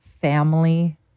family